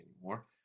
anymore